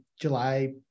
July